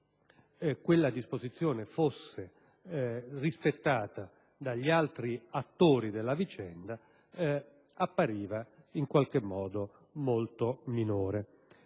quella disposizione fosse rispettata anche dagli altri attori della vicenda appariva in qualche modo molto